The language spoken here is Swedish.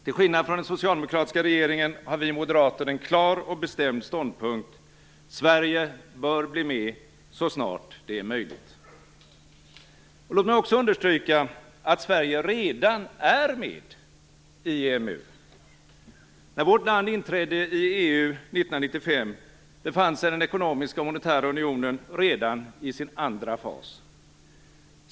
Till skillnad från den socialdemokratiska regeringen har vi moderater en klar och bestämd ståndpunkt: Sverige bör bli med så snart det är möjligt. Låt mig också understryka att Sverige redan är med i EMU. När vårt land inträdde i EU 1995 befann sig den ekonomiska och monetära unionen redan i sin andra fas.